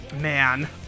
man